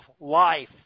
life